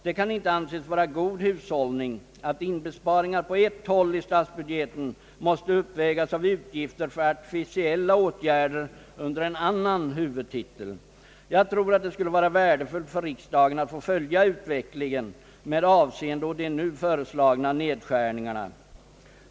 Det kan inte anses vara god hushållning att inbesparingar på ett håll i statsbudgeten måste uppvägas av utgifter för artificiella åtgärder under en annan huvudtitel. Jag tror att det skulle vara värdefullt för riksdagen att få följa utvecklingen med avseende på de nu föreslagna nedskärningarna.